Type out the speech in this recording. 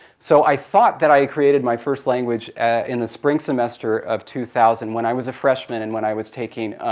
so i thought that i created my first language in the spring semester of two thousand when i was a freshman, and when i was taking